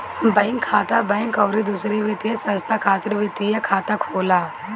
bank खाता, bank अउरी दूसर वित्तीय संस्था खातिर वित्तीय खाता होला